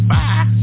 Bye